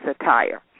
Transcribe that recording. attire